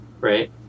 right